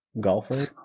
golfer